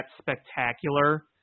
spectacular